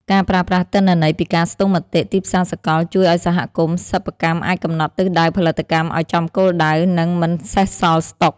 ការប្រើប្រាស់ទិន្នន័យពីការស្ទង់មតិទីផ្សារសកល ជួយឱ្យសហគមន៍សិប្បកម្មអាចកំណត់ទិសដៅផលិតកម្មឱ្យចំគោលដៅ និងមិនសេសសល់ស្តុក។